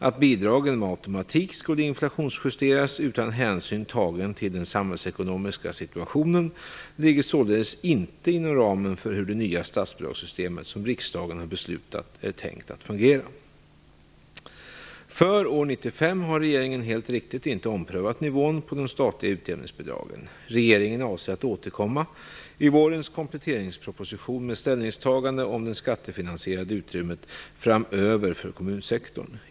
Att bidragen med automatik skulle inflationsjusteras utan hänsyn tagen till den samhällsekonomiska situationen ligger således inte inom ramen för hur det nya statsbidragssystem som riksdagen har beslutat är tänkt att fungera. För år 1995 har regeringen helt riktigt inte omprövat nivån på de statliga utjämningsbidragen. Regeringen avser att återkomma i vårens kompletteringsproposition med ställningstagande om det skattefinansierade utrymmet framöver för kommunsektorn.